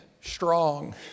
strong